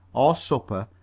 or supper,